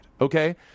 okay